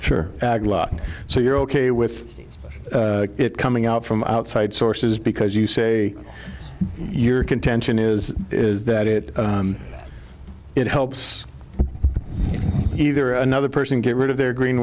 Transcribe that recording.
ag so you're ok with it coming out from outside sources because you say your contention is is that it it helps either another person get rid of their green